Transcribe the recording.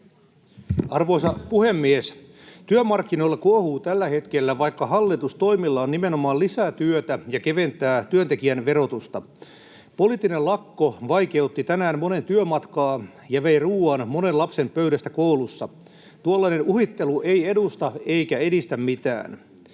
Arvoisa puhemies! Työmarkkinoilla kuohuu tällä hetkellä, vaikka hallitus toimillaan nimenomaan lisää työtä ja keventää työntekijän verotusta. Poliittinen lakko vaikeutti tänään monen työmatkaa ja vei ruoan monen lapsen pöydästä koulussa. Tuollainen uhittelu ei edusta eikä edistä mitään.